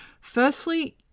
firstly